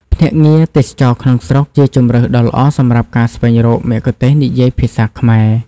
ភ្នាក់ងារទេសចរណ៍ក្នុងស្រុក ជាជម្រើសដ៏ល្អសម្រាប់ការស្វែងរកមគ្គុទ្ទេសក៍និយាយភាសាខ្មែរ។